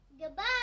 goodbye